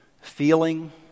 feeling